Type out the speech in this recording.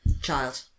Child